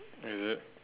is it